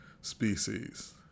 species